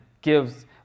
gives